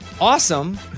Awesome